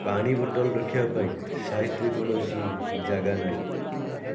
ପାଣି ବୋତଲ ରଖିବା ପାଇଁ ସାଇଡ଼ରେ କୌଣସି ଜାଗା ନାହିଁ